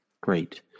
Great